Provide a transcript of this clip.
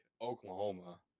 Oklahoma